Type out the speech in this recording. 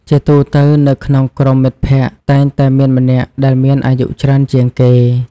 ជាទូទៅ នៅក្នុងក្រុមមិត្តភក្តិតែងតែមានម្នាក់ដែលមានអាយុច្រើនជាងគេ។